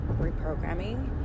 reprogramming